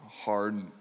hard